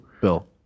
Bill